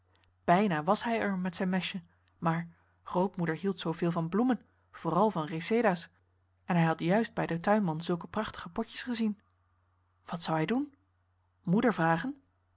bijna was hij er met zijn mesje maar grootmoeder hield zoo veel van bloemen vooral van reseda's en hij had juist bij den tuinman zulke prachtige potjes gezien wat zou hij doen moeder vragen